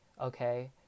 okay